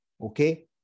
Okay